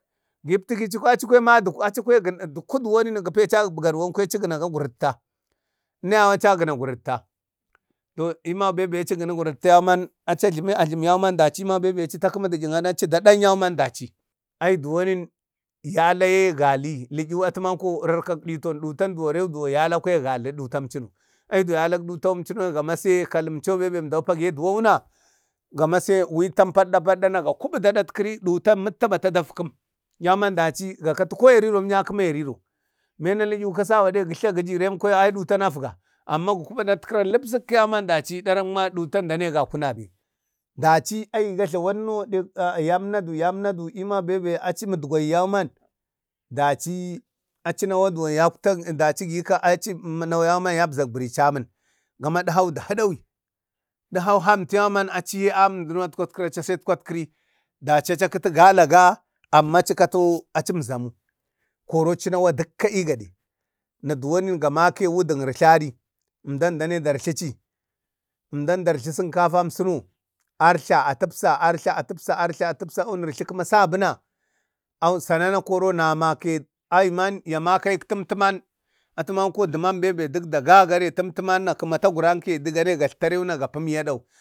Gi yiptikeci aci aci kwaya madga aci aci duku duwani ke peci abu garwoni aciknaga garutta niya acavira gurutta eman bebe aciknu gurutta yauman aci a jlami ajlumi yauman, daci ma bebe aci takemi deyik ada aci da dan yauman daci ai duwain yala yee gali li yiwatu manko dituwatu ai de yalak ditamcinaye ga mase kamen cuno bebe emda page duwuna gamase witan pada pada na ga kubuda adatkeri ditan mukka bata dafkim yauman daci da kati ko ya reron ya kema yariro ben elwiyu se gade gujla za kiji ren kwaya ai ditan afga, amma gu kubu adat kera lipsikka yauman daci daren ma dutan ma dane gaku nabe daci ai gajlawanno yamnadu yamnadu to ema beabe aci mutgwayi yauman daci aci nawa duwan yakta daci gikak yakta nawayauman yabza biraci amin gama edhau da hudawi dihau hamtu yauman aci ye aminnu duno atkwatkura aci setkwatkeri daci aca kiti galaga, amma aci kato amzamu koro aci nawa dukka ee gade na duwanin ga make wudin ertlari emdan dane dartlaci emdan dartla sinkafan cuno arjla a tipsa artla a tipsa a wunirtlu kuma sabu na awu sanana koro na make ai man ya makek tumtuman atu manko duman bebe dikda gagare tumtinan gima taguran kitltina gani ga pume dau.